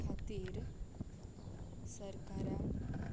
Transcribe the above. खातीर सरकारान